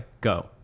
go